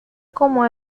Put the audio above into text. como